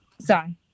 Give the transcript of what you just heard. sorry